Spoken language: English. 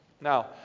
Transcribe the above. now